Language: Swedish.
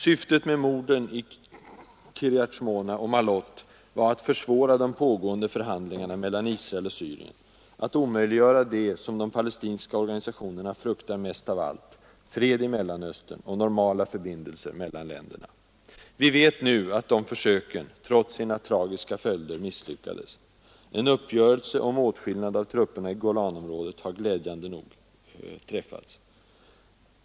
Syftet med morden i Kiryat Schmone och Maalot var att försvåra de pågående förhandlingarna mellan Israel och Syrien, att omöjliggöra det som de palestinska organisationerna fruktar mest av allt: fred i Mellanöstern och normala förbindelser mellan länderna. Vi vet nu att dessa försök, trots sina tragiska följder, misslyckades. En uppgörelse om åtskillnad av trupperna i Golanområdet har glädjande nog träffats.